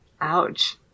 Ouch